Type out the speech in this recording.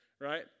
Right